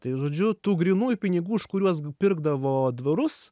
tai žodžiu tų grynųjų pinigų už kuriuos pirkdavo dvarus